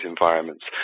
environments